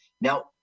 now